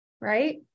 Right